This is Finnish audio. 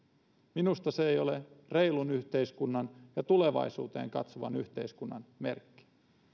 minusta se ei ole reilun yhteiskunnan ja tulevaisuuteen katsovan yhteiskunnan merkki